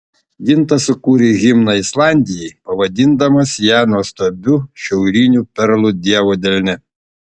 gintas sukūrė himną islandijai pavadindamas ją nuostabiu šiauriniu perlu dievo delne